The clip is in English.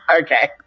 okay